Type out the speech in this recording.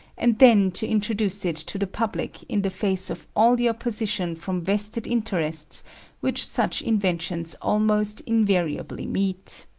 and then to introduce it to the public in the face of all the opposition from vested interests which such inventions almost invariably meet.